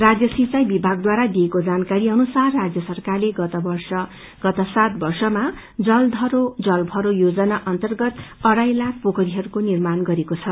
राजय सिंचाई विभागद्वारा दिइएको जानकारी अनुसार राज्य सरकारले गत सात वर्षमा जल धरो जल भरो योजना अर्न्तगत इढ़ाई लाख पोखरीहरूको निर्माण गरेको छ